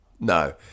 no